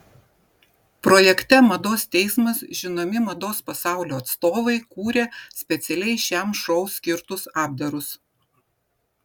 projekte mados teismas žinomi mados pasaulio atstovai kūrė specialiai šiam šou skirtus apdarus